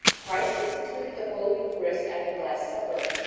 christ instituted the holy eucharist at the last supper,